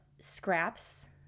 scraps